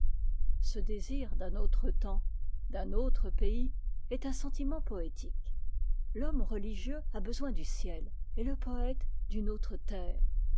ce désir d'un autre temps d'un autre pays est un sentiment poétique l'homme religieux a besoin du ciel et le poëte d'une autre terre